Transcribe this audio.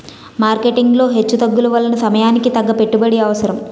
marketing లో హెచ్చుతగ్గుల వలన సమయానికి తగ్గ పెట్టుబడి అవసరం